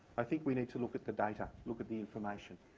i think we need to look at the data, look at the information.